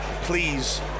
please